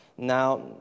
Now